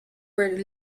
were